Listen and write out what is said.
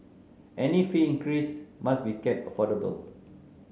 any fee increase must be kept affordable